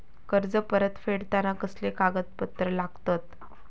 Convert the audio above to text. कर्ज परत फेडताना कसले कागदपत्र लागतत?